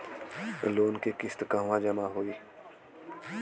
Loan के किस्त कहवा जामा होयी?